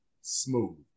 smooth